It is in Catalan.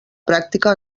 pràctica